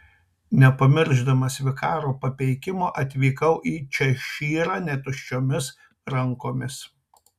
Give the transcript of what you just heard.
nepamiršdamas vikaro papeikimo atvykau į češyrą ne tuščiomis rankomis